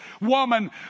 woman